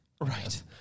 Right